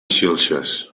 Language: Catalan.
xilxes